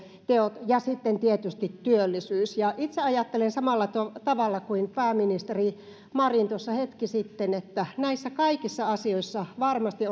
ja sitten tietysti työllisyys itse ajattelen samalla tavalla kuin pääministeri marin tuossa hetki sitten että näissä kaikissa asioissa varmasti